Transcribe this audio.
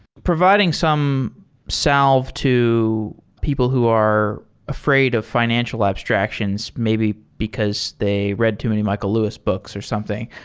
providing some salve to people who are afraid of fi nancial abstractions maybe because they read too many michael lewis books or something,